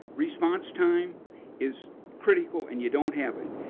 response time is critical and you don't have it.